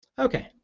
Okay